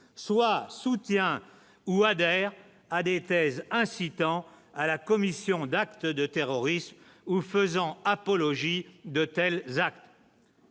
soit soutien ou adhère à des thèses incitant à la commission d'actes de terrorisme ou faisant apologie de tels actes.